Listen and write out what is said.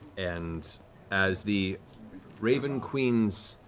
and as the raven queen's